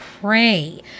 pray